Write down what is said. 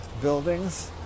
buildings